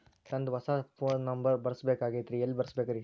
ನಂದ ಹೊಸಾ phone number ಬರಸಬೇಕ್ ಆಗೈತ್ರಿ ಎಲ್ಲೆ ಬರಸ್ಬೇಕ್ರಿ?